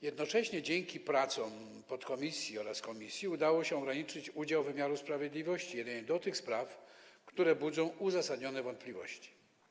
Jednocześnie dzięki pracom podkomisji oraz komisji udało się ograniczyć udział wymiaru sprawiedliwości jedynie do tych spraw, które budzą uzasadnione wątpliwości.